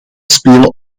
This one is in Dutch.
spelen